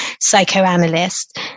psychoanalyst